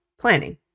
planning